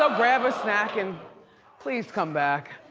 ah grab a snack and please come back.